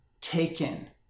taken